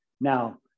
Now